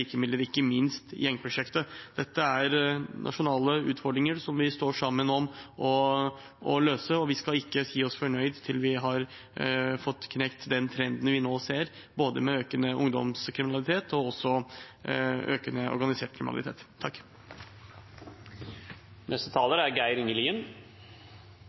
ikke minst gjengprosjektet. Dette er nasjonale utfordringer som vi står sammen om å løse, og vi skal ikke si oss fornøyd før vi har knekt den trenden vi nå ser, med både økende ungdomskriminalitet og økende organisert kriminalitet.